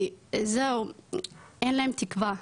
כי זהו אין להם תקווה,